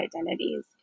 identities